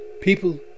People